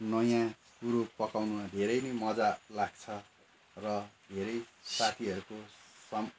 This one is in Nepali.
नयाँ कुरो पकाउन धेरै नै मजा लाग्छ र धेरै साथीहरूकोसम्म